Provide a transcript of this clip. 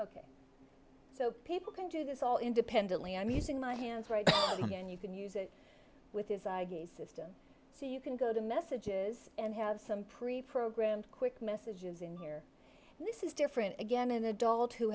volume so people can do this all independently i'm using my hands right again you can use it with his eye gaze system so you can go to messages and have some preprogrammed quick messages in here this is different again an adult who